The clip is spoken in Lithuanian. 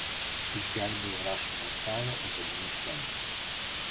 išgelbėjo rašomojo stalo ąžuolinės lentos